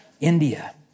India